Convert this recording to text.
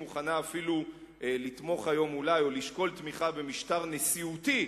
מוכנה אפילו לשקול תמיכה במשטר נשיאותי,